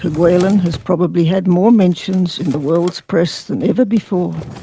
kerguelen has probably had more mentions in the world's press than ever before,